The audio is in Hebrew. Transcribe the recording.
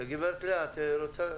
גברת לאה, את רוצה?